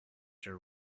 your